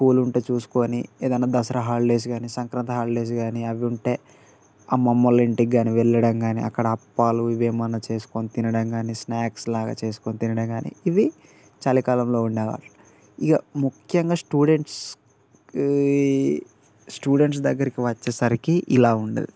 school ఉంటే చూసుకుని ఏదైనా దసరా హాలిడేస్ కానీ సంక్రాంతి హాలిడేస్ కానీ అవి ఉంటే అమ్మమ్మ వాళ్ళ ఇంటికి కానీ వెళ్ళడంకానీ అక్కడ అప్పాలు అవి ఎమన్నా చేసుకుని తినడంకానీ స్నాక్స్లాగ చేసుకుని తినడంకానీ ఇవి చలికాలంలో ఉండేవా ఇక ముఖ్యంగా స్టూడెంట్స్ స్టూడెంట్స్ దగ్గరకి వచ్చేసరికి ఇలా ఉండదు